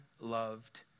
loved